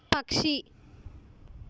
పక్షి